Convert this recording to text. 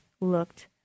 looked